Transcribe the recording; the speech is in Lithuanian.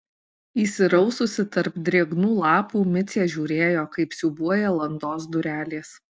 įsiraususi tarp drėgnų lapų micė žiūrėjo kaip siūbuoja landos durelės